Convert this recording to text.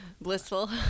Blissful